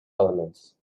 elements